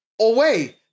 away